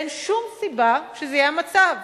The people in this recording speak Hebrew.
ואין שום סיבה שזה יהיה המצב,